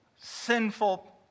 Sinful